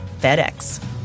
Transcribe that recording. FedEx